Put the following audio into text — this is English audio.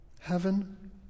heaven